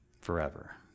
forever